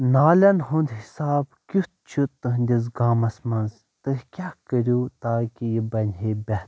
نالین ہُنٛد حِساب کُیتھ چھُ تٔہٕنٛدِس گامس منٛز تُہۍ کیٛاہ کٔرِو تاکہِ یہِ بنہِ ہے بہتر